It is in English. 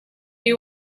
you